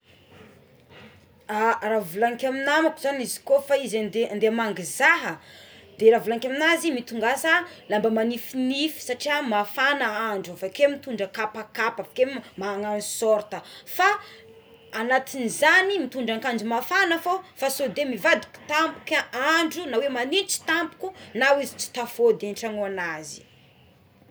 A raha volagniko amy namako zany ko fa izy ande amangy zaha de raha volagniko aminazy de mitondrasa lamba manifinify satria mafana andro avakeo mitondra kapakapa vakeo manao sôrta fa anatigny izany mitondra ankanjo mafana fô fa sody mivadika tampoka andro na hoe magnitsy tampoko na izy tsy tafody an-tragno anazy.